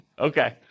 Okay